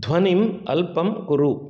ध्वनिम् अल्पं कुरु